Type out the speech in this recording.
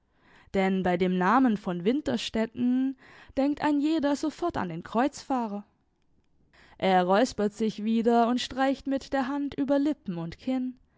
denn bei dem namen von winterstetten denkt ein jeder sofort an den kreuzfahrer er räuspert sich wieder und streicht mit der hand über lippen und kinn